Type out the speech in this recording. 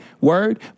Word